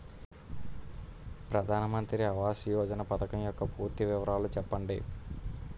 ప్రధాన మంత్రి ఆవాస్ యోజన పథకం యెక్క పూర్తి వివరాలు చెప్పండి?